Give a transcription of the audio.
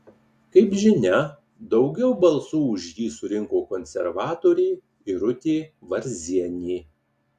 kaip žinia daugiau balsų už jį surinko konservatorė irutė varzienė